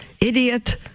idiot